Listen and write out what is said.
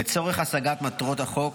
לצורך השגת מטרות החוק